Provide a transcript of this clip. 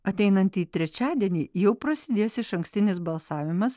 ateinantį trečiadienį jau prasidės išankstinis balsavimas